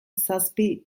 zazpi